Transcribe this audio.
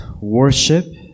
worship